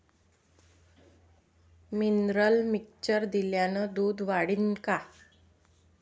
Mineral mixture दिल्यानं दूध वाढीनं का?